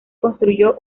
construyó